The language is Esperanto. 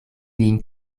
lin